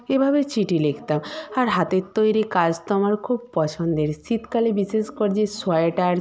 এভাবে চিঠি লিখতাম আর হাতের তৈরি কাজ তো আমার খুব পছন্দের শীতকালে বিশেষ করে যে সোয়েটার